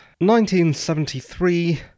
1973